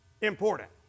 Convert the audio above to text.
important